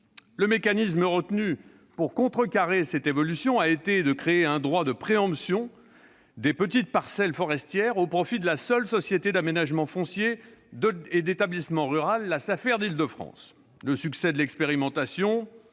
Le mécanisme retenu pour contrecarrer cette évolution a été de créer un droit de préemption des petites parcelles forestières, au profit de la seule société d'aménagement foncier et d'établissement rural d'Île-de-France. Le succès de l'expérimentation